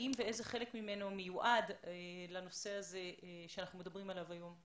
האם ואיזה חלק ממנו מיועד לנושא הזה עליו אנחנו מדברים היום.